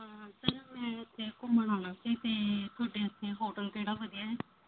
sir ਮੈਂ ਇੱਥੇ ਘੁੰਮਣ ਆਉਣਾ ਸੀ ਅਤੇ ਤੁਹਾਡੇ ਇੱਥੇ ਹੋਟਲ ਕਿਹੜਾ ਵਧੀਆ ਹੈ